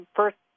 first